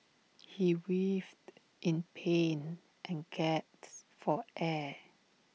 he writhed in pain and gasped for air